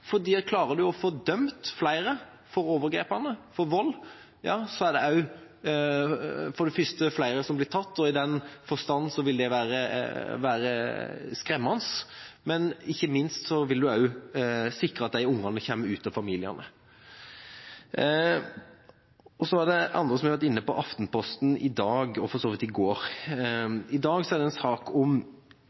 klarer man å få dømt flere for overgrep og vold, er det for det første flere som blir tatt, og i den forstand vil det være skremmende, og man vil også sikre at de ungene kommer ut av familiene. Andre har vært inne på artikkelen i Aftenposten i dag og for så vidt også artikkelen som sto i går. I går var det en sak om